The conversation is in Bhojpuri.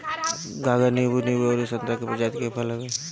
गागर नींबू, नींबू अउरी संतरा के प्रजाति के फल हवे